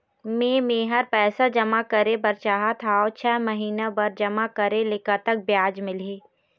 मे मेहर पैसा जमा करें बर चाहत हाव, छह महिना बर जमा करे ले कतक ब्याज मिलही?